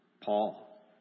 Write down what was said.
Paul